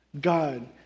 God